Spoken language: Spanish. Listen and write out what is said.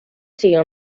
siguió